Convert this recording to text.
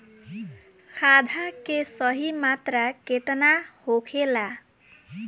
खाद्य के सही मात्रा केतना होखेला?